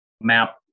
map